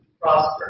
prosper